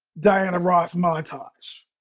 diana ross montage.